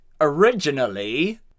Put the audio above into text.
Originally